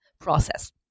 process